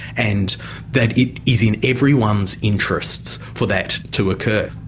and that it is in everyone's interests for that to occur.